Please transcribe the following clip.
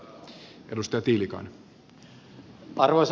arvoisa puhemies